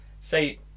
say